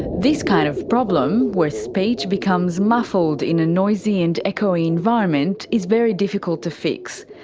this kind of problem, where speech becomes muffled in a noisy and echoey environment, is very difficult to fix.